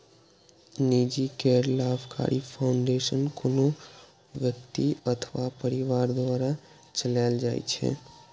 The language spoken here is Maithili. निजी गैर लाभकारी फाउंडेशन कोनो व्यक्ति अथवा परिवार द्वारा चलाएल जाइ छै